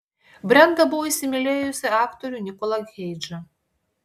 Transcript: brenda buvo įsimylėjusi aktorių nikolą keidžą